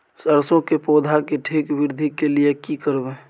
सरसो के पौधा के ठीक वृद्धि के लिये की करबै?